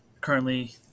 currently